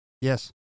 Yes